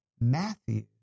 Matthew